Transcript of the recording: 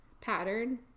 pattern